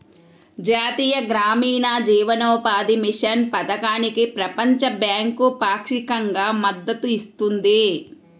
జాతీయ గ్రామీణ జీవనోపాధి మిషన్ పథకానికి ప్రపంచ బ్యాంకు పాక్షికంగా మద్దతు ఇస్తుంది